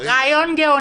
רעיון גאוני.